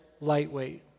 lightweight